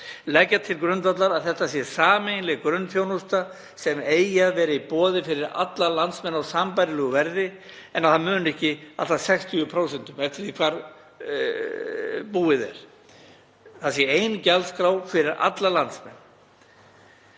leggja til grundvallar að þetta sé sameiginleg grunnþjónusta sem eigi að vera í boði fyrir alla landsmenn á sambærilegu verði en að það muni ekki allt að 60% eftir því hvar búið er, það sé ein gjaldskrá fyrir alla landsmenn.